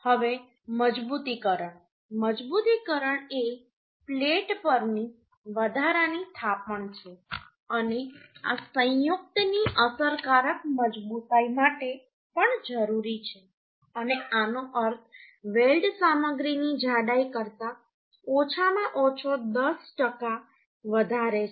હવે મજબૂતીકરણ મજબૂતીકરણ એ પ્લેટ પરની વધારાની થાપણ છે અને આ સંયુક્તની અસરકારક મજબૂતાઈ માટે પણ જરૂરી છે અને આનો અર્થ વેલ્ડ સામગ્રીની જાડાઈ કરતાં ઓછામાં ઓછો 10 ટકા વધારે છે